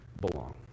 belong